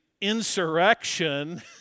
insurrection